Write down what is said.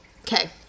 Okay